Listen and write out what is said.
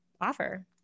offer